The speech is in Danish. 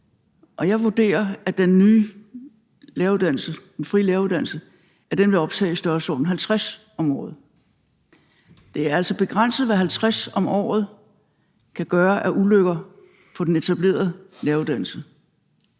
og jeg vurderer, at den nye læreruddannelse, Den frie læreruddannelse, vil optage i størrelsesordenen 50 om året. Det er altså begrænset, hvad 50 om året kan gøre af ulykker på den etablerede læreruddannelse.